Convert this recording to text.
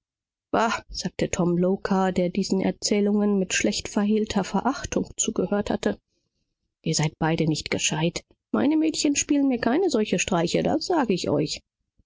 sagte tom locker der diese erzählungen mit schlecht verhehltem widerwillen mit angehört hatte dummköpfe alle beide meine dirnen machen mir solche streiche nicht das sag ich euch